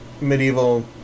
medieval